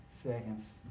seconds